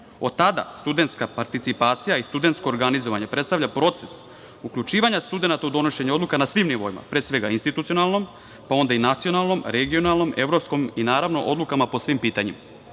Od tada studentska participacija i studentsko organizovanje predstavlja proces uključivanja studenata u donošenje odluka na svim nivoima, pre svega institucionalnom, pa onda i nacionalnom, regionalnom, evropskom i naravno odlukama po svim pitanjima. Dakle,